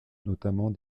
notamment